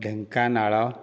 Dhenkanal